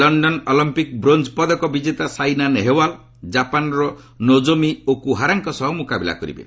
ଲକ୍ଷନ Olympic bronze ପଦକ ବିଜେତା ସାଇନା ନେହେଓ୍ୱାଲ୍ ଜାପାନର ନୋଜୋମି ଓକୁହାରାଙ୍କ ସହ ମୁକାବିଲା କରିବେ